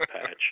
patch